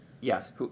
Yes